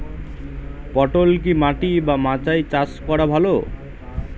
পটল কি মাটি বা মাচায় চাষ করা ভালো?